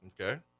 Okay